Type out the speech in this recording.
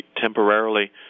temporarily